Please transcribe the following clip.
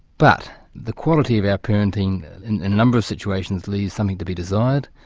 but the quality of our parenting in a number of situations leaves something to be desired,